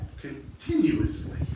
continuously